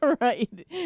right